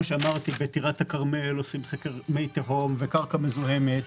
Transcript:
בטירת הכרמל עושים חקר מי תהום וחקר קרקע מזוהמת,